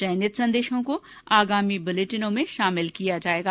चयनित संदेशों को आगामी बुलेटिनों में शामिल किया जाएगा